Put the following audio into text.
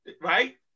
Right